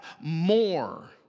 more